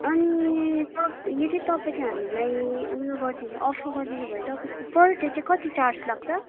अनि तपाईँ यदि तपाईँले हामीलाई उयो गरिदिनु अफर गरिदिनु भए तपाईँको पर डे चाहिँ कति चार्ज लाग्छ